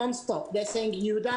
יהודה,